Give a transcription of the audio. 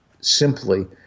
simply